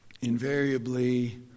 invariably